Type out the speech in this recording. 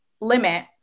limit